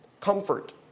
comfort